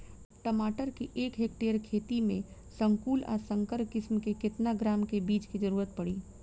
टमाटर के एक हेक्टेयर के खेती में संकुल आ संकर किश्म के केतना ग्राम के बीज के जरूरत पड़ी?